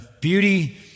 beauty